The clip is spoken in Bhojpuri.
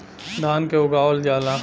धान के उगावल जाला